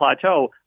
plateau